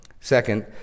Second